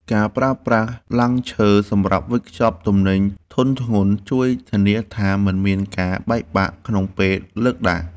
ការប្រើប្រាស់ឡាំងឈើសម្រាប់វេចខ្ចប់ទំនិញធុនធ្ងន់ជួយធានាថា មិនមានការបែកបាក់ក្នុងពេលលើកដាក់។